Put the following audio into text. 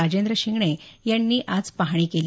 राजेंद्र शिंगणे यांनी आज पाहणी केली